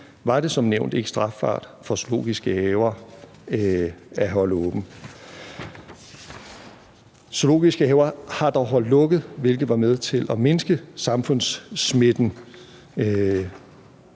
var det som nævnt ikke strafbart for zoologiske haver at holde åbent. Zoologiske haver har dog holdt lukket, hvilket har været med til at mindske smittespredningen